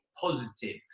positive